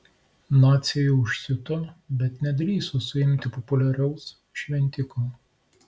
naciai užsiuto bet nedrįso suimti populiaraus šventiko